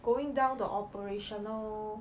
going down the operational